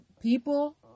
People